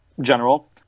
general